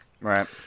right